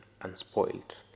unspoiled